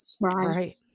Right